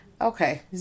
okay